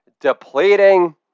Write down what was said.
depleting